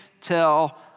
tell